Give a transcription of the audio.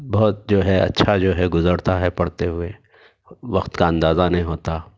بہت جو ہے اچھا جو ہے گزرتا ہے پڑھتے ہوئے وقت کا اندازہ نہیں ہوتا